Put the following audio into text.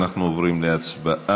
אנחנו עוברים להצבעה.